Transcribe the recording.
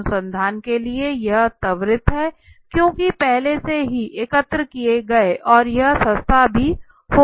अनुसंधान के लिए यह त्वरित है क्योंकि पहले से ही एकत्र किया गया और यह सस्ता भी होता है